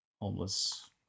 Homeless